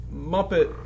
Muppet